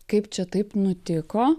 kaip čia taip nutiko